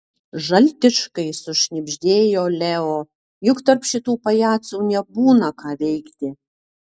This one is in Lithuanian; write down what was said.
žaltiškai sušnibždėjo leo juk tarp šitų pajacų nebūna ką veikti